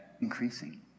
Increasing